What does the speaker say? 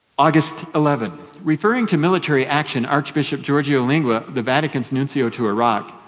august eleven, referring to military action, archbishop giorgie lingua, the vatican's nuncio to iraq,